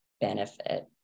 benefit